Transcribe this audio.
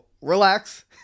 relax